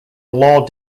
law